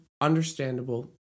understandable